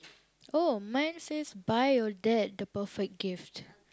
oh mine says buy your dad the perfect gift